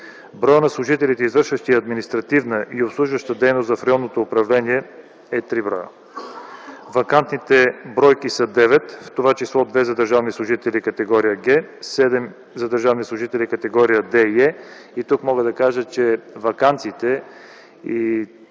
Броят на служителите, извършващи административна и обслужваща дейност в районното управление е 3 бр. Вакантните бройки са 9, в т.ч. 2 – за държавни служители категория „Г”, 7 – за държавни служители категория „Д” и „Е”, и тук мога да кажа, че ваканциите